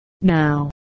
Now